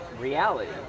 reality